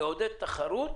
לעודד תחרות